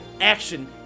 action